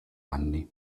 anni